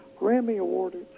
Grammy-awarded